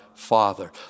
Father